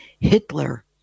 Hitler